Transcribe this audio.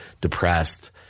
depressed